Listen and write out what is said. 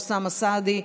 אוסאמה סעדי,